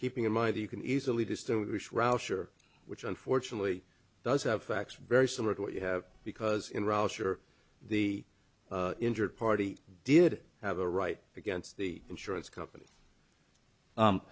keeping in mind you can easily distinguish rauscher which unfortunately does have facts very similar to what you have because in rauscher the injured party did have a right against the insurance company